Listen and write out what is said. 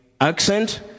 accent